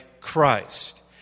Christ